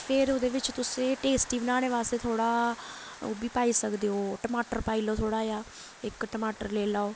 फिर ओह्दे बिच्च तुसें टेस्टी बनाने बास्तै थोह्ड़ा ओह् बी पाई सकदे ओ टमाटर पाई लैओ थोह्ड़ा जेहा इक टमाटर लेई लैओ